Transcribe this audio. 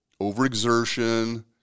overexertion